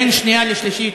בין שנייה לשלישית,